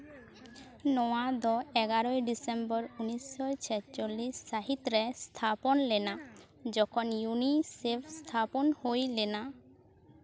ᱱᱚᱶᱟ ᱫᱚ ᱮᱜᱟᱨᱚᱭ ᱰᱤᱥᱮᱢᱵᱚᱨ ᱩᱱᱤᱥᱥᱚ ᱪᱷᱮᱪᱚᱞᱞᱤᱥ ᱥᱟᱹᱦᱤᱛ ᱨᱮ ᱛᱷᱟᱯᱚᱱ ᱞᱮᱱᱟ ᱡᱚᱠᱷᱚᱱ ᱤᱭᱩᱱᱤᱥᱮᱯᱷ ᱛᱷᱟᱯᱚᱱ ᱞᱮᱱᱟ